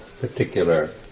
particular